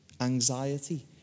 anxiety